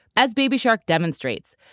as baby shark demonstrates,